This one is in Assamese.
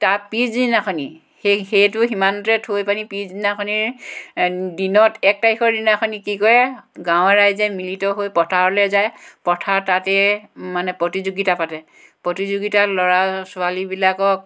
তাৰ পিছদিনাখনি সেই সেইটো সিমানটোতে থৈ পিনে পিছদিনাখনি দিনত এক তাৰিখৰ দিনাখনি কি কৰে গাঁৱৰ ৰাইজে মিলিত হৈ পথাৰলৈ যায় পথাৰত তাতে মানে প্ৰতিযোগিতা পাৰে প্ৰতিযোগিতাত ল'ৰা ছোৱালীবিলাকক